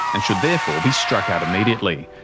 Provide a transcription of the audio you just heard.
and should therefore be struck out immediately.